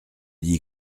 dit